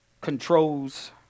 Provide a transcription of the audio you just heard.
controls